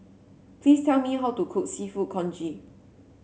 please tell me how to cook seafood congee